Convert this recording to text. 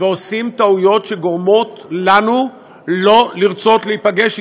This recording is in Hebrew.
ועושים טעויות שגורמות לנו לא לרצות להיפגש אתכם.